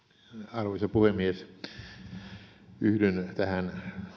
arvoisa puhemies yhdyn tähän